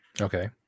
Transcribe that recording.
Okay